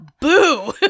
Boo